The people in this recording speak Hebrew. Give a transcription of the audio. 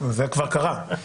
כן, זה כבר קרה.